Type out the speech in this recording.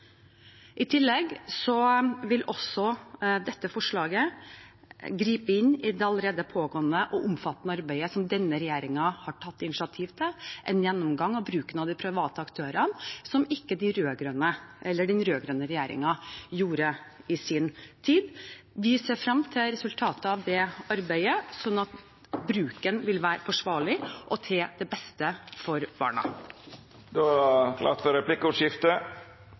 I tillegg vil også dette forslaget gripe inn i det allerede pågående og omfattende arbeidet som denne regjeringen har tatt initiativ til, en gjennomgang av bruken av de private aktørene, som ikke den rød-grønne regjeringen gjorde i sin tid. Vi ser frem til resultatet av det arbeidet, sånn at bruken vil være forsvarlig og til det beste for barna. Det vert replikkordskifte.